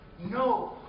No